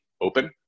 open